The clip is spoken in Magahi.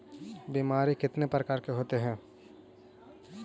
बीमारी कितने प्रकार के होते हैं?